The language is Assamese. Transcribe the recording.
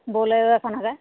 বলেৰ' এখনকে